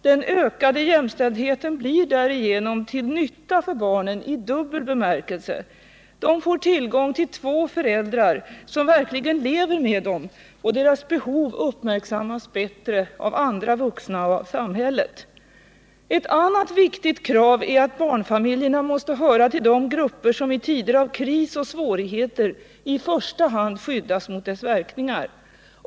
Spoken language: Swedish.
Den ökade jämställdheten blir därigenom till nytta för barnen i dubbel bemärkelse — de får tillgång till två föräldrar som verkligen lever med dem, och deras behov uppmärksammas bättre av andra vuxna och av samhället. Ett annat viktigt krav är att barnfamiljerna måste höra till de grupper som i tider av kris och svårigheter i första hand skyddas mot verkningarna härav.